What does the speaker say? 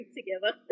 together